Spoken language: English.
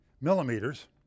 millimeters